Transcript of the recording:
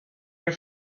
your